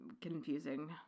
confusing